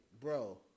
bro